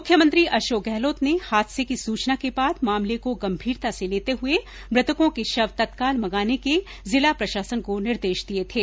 मुख्यमंत्री अशोक गहलोत ने हादसे की सुचना के बाद मामले को गंभीरता से लेते हुए मृतकों के शव तत्काल मंगाने के जिला प्रशासन को निर्देश दिये थे